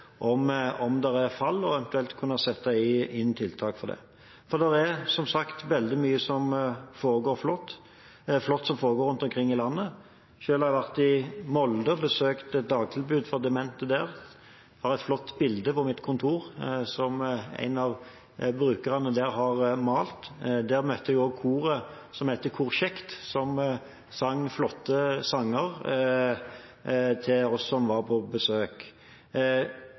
om det er fall, og eventuelt kunne sette inn tiltak mot det. Det er som sagt veldig mye flott som foregår rundt omkring i landet. Selv har jeg vært i Molde og besøkt et dagtilbud for demente der. Jeg har et flott bilde på mitt kontor som en av brukerne der har malt. Der møtte jeg også koret som heter Kor Kjekt, som sang flotte sanger for oss som var på besøk.